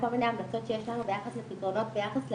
המלצות שיש לנו ביחס לפתרונות ביחס לאשפוז,